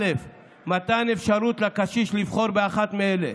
ואז עליתי לכאן ואמרתי: